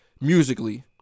musically